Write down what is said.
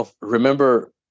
remember